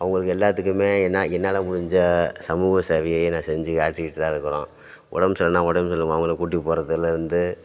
அவங்களுக்கு எல்லாத்துக்குமே என்னா என்னால் முடிஞ்ச சமூக சேவையை நான் செஞ்சுக் காட்டிக்கிட்டு தான் இருக்கிறோம் உடம்பு சரியில்லைனா கூட அவங்கள கூட்டிட்டு போகிறதுலேருந்து